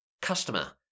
Customer